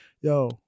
yo